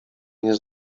nie